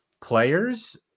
players